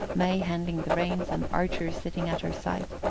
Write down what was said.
may handling the reins and archer sitting at her side.